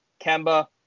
Kemba